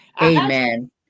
Amen